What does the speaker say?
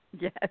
Yes